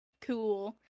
cool